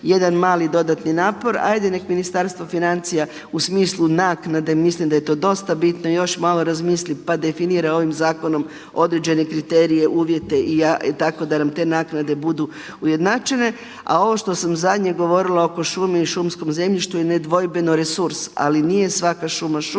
jedan mali dodatni napor, ajde neka Ministarstvo financija u smislu naknade mislim da je to dosta bitno još malo razmisli pa definira ovim zakonom određene kriterije uvjete i tako da nam te naknade budu ujednačene. A ovo što sam zadnje govorila oko šume i šumskom zemljištu je nedvojbeno resurs, ali nije svaka šuma šuma